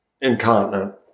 incontinent